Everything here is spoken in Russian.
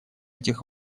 этих